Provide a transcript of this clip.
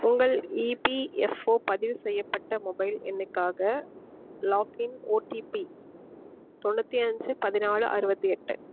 உங்கள் இபிஎஃப்ஓ பதிவு செய்யப்பட்ட மொபைல் எண்ணுக்காக லாக்இன் ஓடிபி தொண்ணூற்றி அஞ்சு பதினாலு அறுபத்தி எட்டு